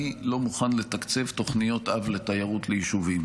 לא מוכן לתקצב תוכניות-אב לתיירות ליישובים,